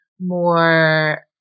more